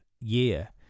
year